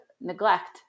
neglect